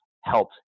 helps